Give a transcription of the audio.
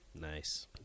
Nice